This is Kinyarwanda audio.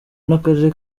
n’akarere